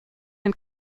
den